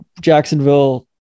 Jacksonville